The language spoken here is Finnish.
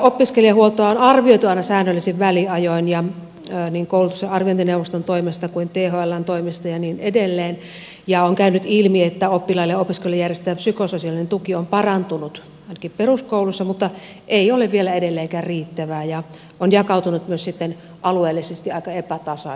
opiskelijahuoltoa on arvioitu aina säännöllisin väliajoin niin koulutuksen arviointineuvoston toimesta kuin thln toimesta ja niin edelleen ja on käynyt ilmi että oppilaille ja opiskelijoille järjestettävä psykososiaalinen tuki on parantunut ainakin peruskoulussa mutta ei ole vielä edelleenkään riittävää ja on jakautunut myös alueellisesti aika epätasaisesti